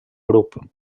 grup